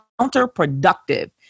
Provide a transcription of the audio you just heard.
counterproductive